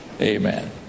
amen